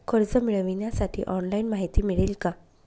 कर्ज मिळविण्यासाठी ऑनलाइन माहिती मिळेल का?